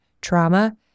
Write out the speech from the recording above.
trauma